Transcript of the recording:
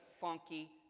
funky